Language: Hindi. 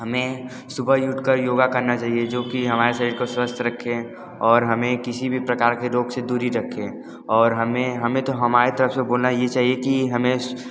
हमें सुबह ही उठकर योगा करना चाहिए जो कि हमारे शरीर को स्वस्थ रखे और हमें किसी भी प्रकार के रोग से दूरी रखें और हमें हमें तो हमारी तरफ से बोलना ये चाहिए कि हमें